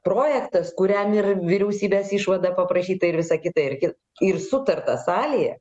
projektas kuriam ir vyriausybės išvada paprašyta ir visa kita ir ki ir sutarta salėje